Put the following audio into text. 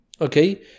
Okay